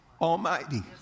Almighty